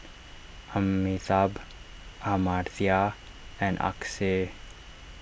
Amitabh Amartya and Akshay